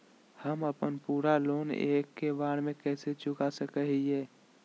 हम अपन पूरा लोन एके बार में कैसे चुका सकई हियई?